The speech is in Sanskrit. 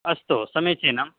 अस्तु समीचीनं